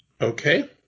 Okay